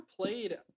played